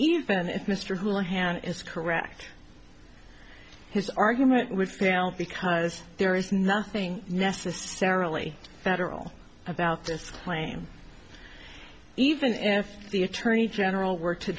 even if mr houlihan is correct his argument with now because there is nothing necessarily federal about this claim even if the attorney general were to